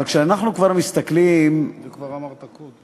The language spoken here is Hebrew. אבל כשאנחנו כבר מסתכלים את זה כבר אמרת קודם.